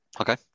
Okay